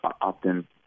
often